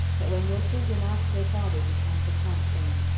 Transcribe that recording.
that when your children ask their fathers in time to come, saying,